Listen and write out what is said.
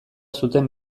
zuten